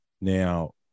Now